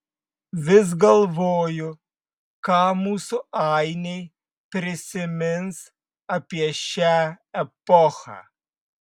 vis galvoju ką mūsų ainiai prisimins apie šią epochą